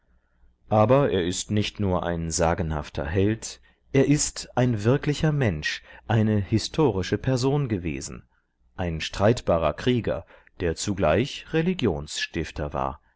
aber er ist nicht nur ein sagenhafter held er ist ein wirklicher mensch eine historische person gewesen ein streitbarer krieger der zugleich religionsstifter war